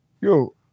Yo